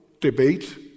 debate